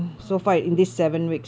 oh okay